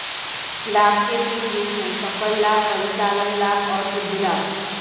लाभ के तीन रूप हैं सकल लाभ, परिचालन लाभ और शुद्ध लाभ